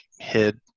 hid